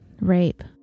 rape